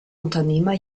unternehmer